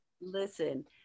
listen